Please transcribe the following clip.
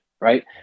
right